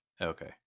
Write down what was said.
Okay